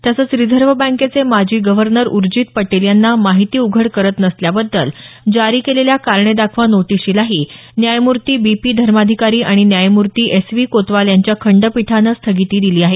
तसंच रिझर्व बँकेचे माजी गव्हर्नर उर्जित पटेल यांना माहिती उघड करत नसल्याबद्दल जारी केलेल्या कारणे दाखवा नोटिशीलाही न्यायमूर्ती बी पी धर्माधिकारी आणि न्यायमूर्ती एस व्ही कोतवाल यांच्या खंडपीठानं स्थगिती दिली आहे